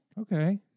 Okay